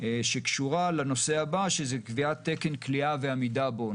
שקשורה לנושא הבא, שזה קביעת תקן כליאה ועמידה בו.